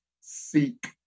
seek